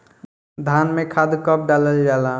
धान में खाद कब डालल जाला?